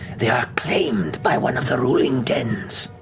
they are claimed by one of the ruling dens